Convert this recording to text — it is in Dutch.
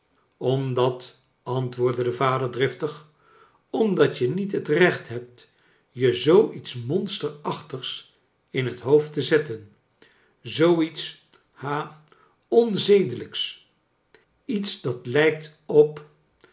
omdat antwoordde de vader driftig omdat je niet het recht hebt je zoo iets monsterachtigs in het hoofd te zetten zoo iets ha onzedelijks iets dat lijkt op